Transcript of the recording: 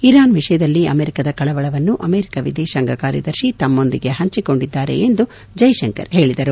Iran ವಿಷಯದಲ್ಲಿ ಅಮೆರಿಕದ ಕಳವಳವನ್ನು ಅಮೆರಿಕ ವಿದೇಶಾಂಗ ಕಾರ್ಯದರ್ಶಿ ತಮ್ಮೊಂದಿಗೆ ಪಂಚಿಕೊಂಡಿದ್ದಾರೆ ಎಂದು ಜೈಶಂಕರ್ ಹೇಳಿದರು